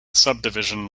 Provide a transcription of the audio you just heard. subdivision